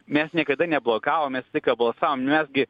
mes niekada neblokavom mes visą laiką balsavom mes gi